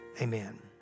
amen